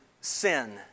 sin